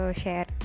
share